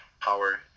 power